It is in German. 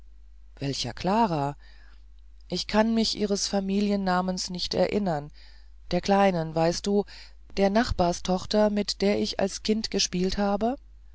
welcher klara ich kann mich ihres familiennamens nicht erinnern der kleinen weißt du der nachbarstochter mit der ich als kind gespielt habe